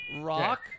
Rock